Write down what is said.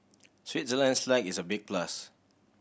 Switzerland's flag is a big plus